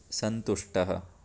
सन्तुष्टः